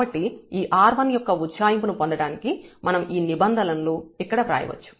కాబట్టి ఈ R1 యొక్క ఉజ్జాయింపు ను పొందడానికి మనం ఈ నిబంధనలను ఇక్కడ వ్రాయవచ్చు